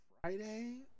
Friday